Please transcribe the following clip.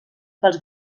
pels